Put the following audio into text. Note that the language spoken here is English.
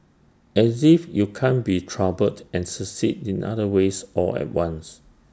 as if you can be troubled and succeed in other ways all at once